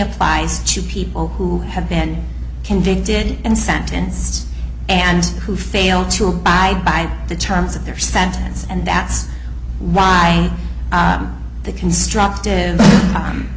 applies to people who have been convicted and sentenced and who fail to abide by the terms of their sentence and that's why the constructive